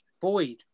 Boyd